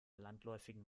landläufigen